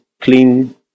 clean